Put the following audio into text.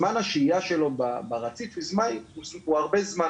זמן השהייה שלו ברציף הוא הרבה זמן.